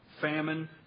Famine